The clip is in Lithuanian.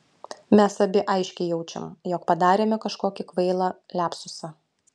mes abi aiškiai jaučiam jog padarėme kažkokį kvailą liapsusą